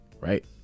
right